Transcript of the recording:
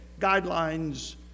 guidelines